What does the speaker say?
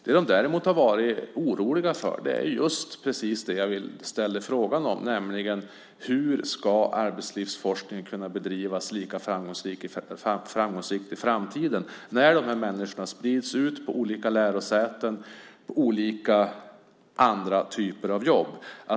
Vad de har varit oroliga för är det jag har frågat om, nämligen hur arbetslivsforskning ska bedrivas lika framgångsrikt i framtiden när dessa människor sprids ut på olika lärosäten och olika typer av jobb.